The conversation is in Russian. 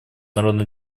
народно